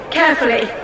carefully